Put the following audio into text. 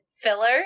filler